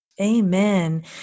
Amen